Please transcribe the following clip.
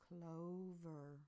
Clover